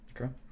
Okay